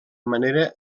manera